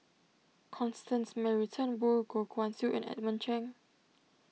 Constance Mary Turnbull Goh Guan Siew and Edmund Cheng